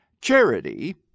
Charity